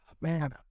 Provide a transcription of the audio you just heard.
man